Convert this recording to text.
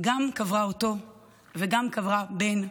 גם קברה אותו וגם קברה בן.